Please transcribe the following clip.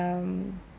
um